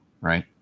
right